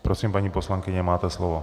Prosím, paní poslankyně, máte slovo.